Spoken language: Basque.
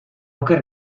oker